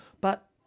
but-